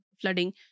flooding